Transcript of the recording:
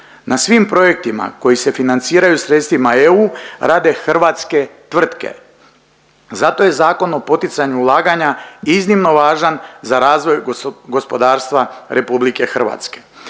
Na svim projektima koji se financiraju sredstvima EU rade hrvatske tvrtke. Zato je Zakon o poticanju ulaganja iznimno važan za razvoj gospodarstva Republike Hrvatske.